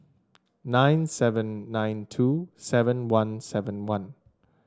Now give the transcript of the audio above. nine seven nine two seven one seven one